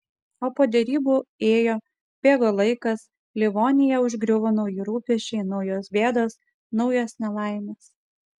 o po derybų ėjo bėgo laikas livoniją užgriuvo nauji rūpesčiai naujos bėdos naujos nelaimės